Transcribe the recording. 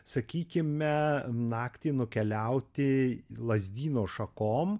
sakykime naktį nukeliauti lazdyno šakom